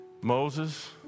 Moses